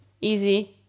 easy